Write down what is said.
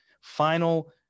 final